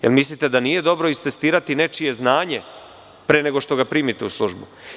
Da li mislite da nije dobro istestirati nečije znanje pre nego što ga primite u službu?